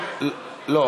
לא,